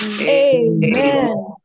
Amen